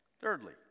thirdly